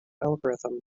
algorithm